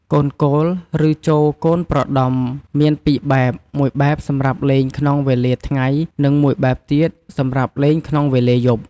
កូនគោល ឬចូកូនប្រដំ មាន ២បែប ១ បែបសម្រាប់លេងក្នុងវេលាថ្ងៃ និង១ បែបទៀតសម្រាប់លេងក្នុងវេលាយប់ ។